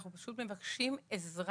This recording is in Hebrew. אנחנו פשוט מבקשים עזרה